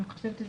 אין.